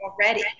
already